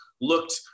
looked